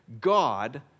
God